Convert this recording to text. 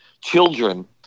children